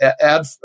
add